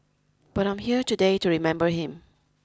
but I'm here today to remember him